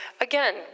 Again